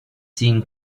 seen